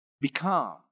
become